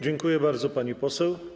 Dziękuję bardzo, pani poseł.